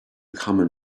common